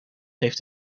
heeft